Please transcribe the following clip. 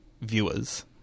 viewers